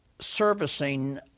servicing